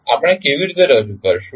આપણે કેવી રીતે રજૂઆત કરીશું